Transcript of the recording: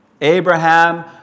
Abraham